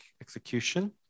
execution